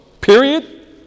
period